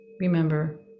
Remember